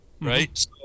Right